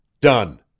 Done